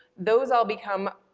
those all become